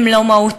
הם לא מהותיים,